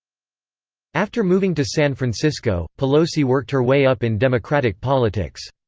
after moving to san francisco, pelosi worked her way up in democratic politics.